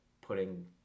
putting